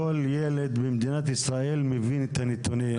כל ילד במדינת ישראל מבין את הנתונים.